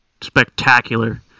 spectacular